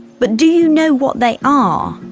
but do you know what they are?